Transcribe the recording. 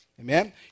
Amen